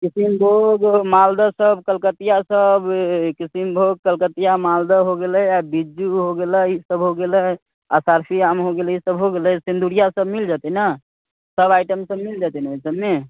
किशनभोग मालदहसभ कलकतिआसब किशनभोग कलकतिया मालदह हो गेलै आ बिज्जू हो गेलै ईसभ हो गेलै अशर्फी आम हो गेलै ईसभ हो गेलै सिन्दुरियासभ मिल जेतै नऽ सभ आइटमसभ मिल जेतै ने ओहि सभमे